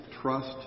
Trust